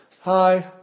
Hi